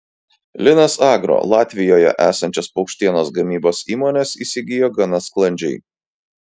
linas agro latvijoje esančias paukštienos gamybos įmones įsigijo gana sklandžiai